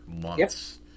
months